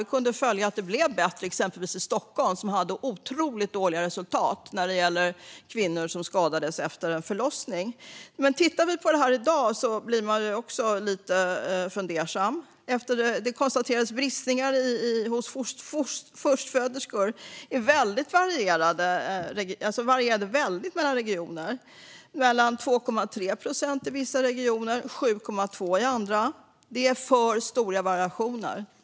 Vi kunde se att det blev bättre i exempelvis Stockholm, där man hade otroligt dåliga resultat när det gäller förlossningsskador. Men tittar man på statistiken i dag blir man också lite fundersam. Siffrorna när det gäller bristningar hos förstföderskor varierar väldigt mellan regionerna. Det är 2,3 procent i vissa regioner och 7,2 procent i andra. Det är för stor variation.